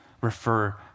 refer